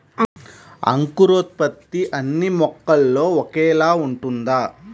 అంకురోత్పత్తి అన్నీ మొక్కల్లో ఒకేలా ఉంటుందా?